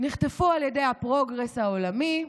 נחטפו על ידי הפרוגרס העולמי.